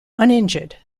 uninjured